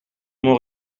mon